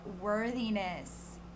worthiness